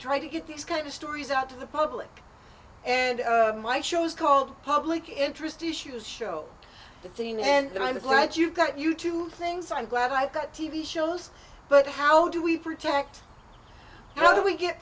try to get these kind of stories out to the public and my show's called public interest issues show the thing then i'm glad you got you two things i'm glad i got t v shows but how do we protect how do we get